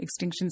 extinctions